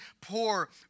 poor